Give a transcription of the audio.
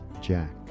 Jack